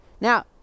now